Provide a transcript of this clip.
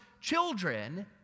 children